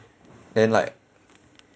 then like